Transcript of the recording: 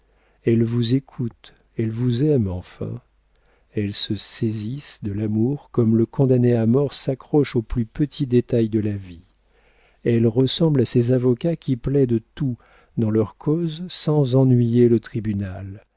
elles vous écoutent elles vous aiment enfin elles se saisissent de l'amour comme le condamné à mort s'accroche aux plus petits détails de la vie elles ressemblent à ces avocats qui plaident tout dans leurs causes sans ennuyer le tribunal